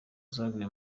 zaguye